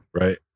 Right